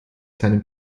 seinen